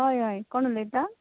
हय हय कोण उलयता